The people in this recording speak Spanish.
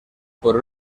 por